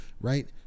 right